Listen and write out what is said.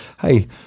Hey